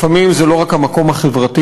לפעמים זה לא רק המקום החברתי,